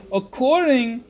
according